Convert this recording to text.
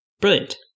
Brilliant